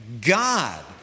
God